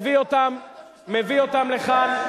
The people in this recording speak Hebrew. מביא אותם לכאן.